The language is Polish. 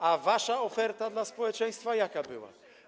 A wasza oferta dla społeczeństwa jaka była?